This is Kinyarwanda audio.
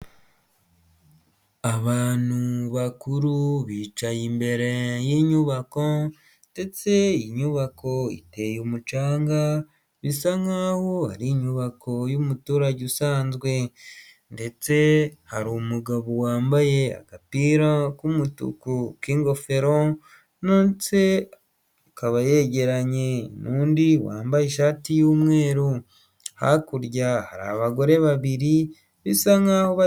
Abantu bakuru bicaye imbere y'inyubako, ndetse inyubako iteye umucanga bisa nk'aho ari inyubako y'umuturage usanzwe. Ndetse hari umugabo wambaye agapira k'umutuku k'ingofero, ndetse akaba yegeranye n'undi wambaye ishati y'umweru, hakurya abagore babiri bisa nkaho...